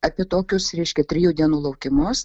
apie tokius reiškia trijų dienų laukimus